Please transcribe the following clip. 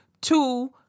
Two